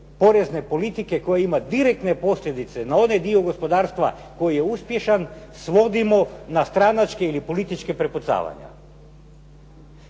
porezne politike koja ima direktne posljedice na onaj dio gospodarstva koji je uspješan, svodimo na stranačke ili političke prepucavanja.